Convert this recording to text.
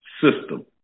system